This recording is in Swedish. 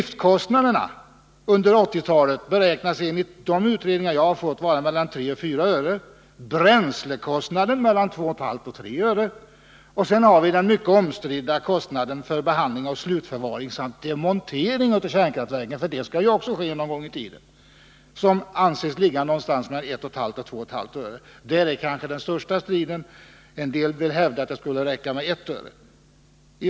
Enligt utredningar som jag har fått beräknas driftkostnaderna under 1980-talet bli 3-4 öre kWh. Vidare har vi de mycket omstridda kostnaderna för behandling, slutförvaring och demontering av kärnkraftverken, ty det blir också aktuellt någon gång framöver. Här beräknas kostnaderna komma att ligga vid 1,5-2,5 öre kWh.